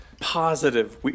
positive